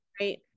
Right